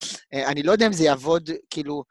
אני לא יודע אם זה יעבוד, כאילו...